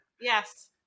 yes